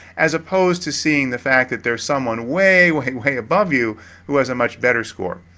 as opposed to seeing the fact that there's someone way, way, way above you who has a much better score.